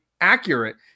accurate